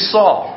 Saul